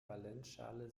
valenzschale